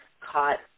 caught